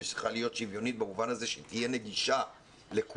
וצריכה להיות שוויונית במובן הזה שהיא תהיה נגישה לכולם,